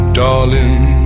darling